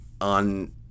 on